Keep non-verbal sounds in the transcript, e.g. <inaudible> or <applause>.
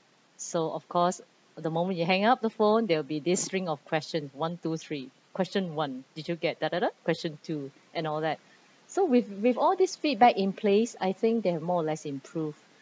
so of course the moment you hang up the phone there'll be this string of question one two three question one did you get <noise> question two and all that so with with all this feedback in place I think they have more or less improved